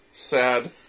Sad